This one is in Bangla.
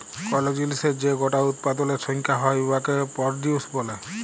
কল জিলিসের যে গটা উৎপাদলের সংখ্যা হ্যয় উয়াকে পরডিউস ব্যলে